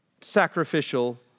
sacrificial